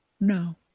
No